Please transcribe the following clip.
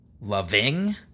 loving